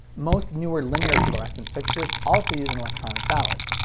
most newer linear fluorescent fixtures also use an electronic ballast.